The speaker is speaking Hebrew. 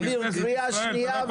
אביר, אתה בקריאה בפעם השנייה.